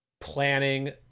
planning